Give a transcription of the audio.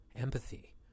empathy